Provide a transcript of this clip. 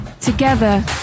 Together